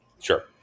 Sure